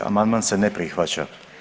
Amandman se ne prihvaća.